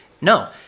No